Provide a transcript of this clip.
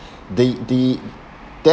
the the